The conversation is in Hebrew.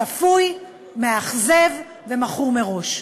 צפוי, מאכזב ומכור מראש.